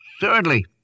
Thirdly